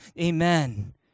Amen